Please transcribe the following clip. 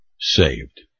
Saved